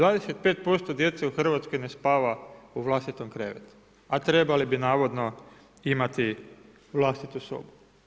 25% djece u Hrvatskoj ne spava u vlastitom krevetu, a trebali bi navodno imati vlastitu sobu.